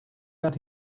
that